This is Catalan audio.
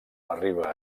arriba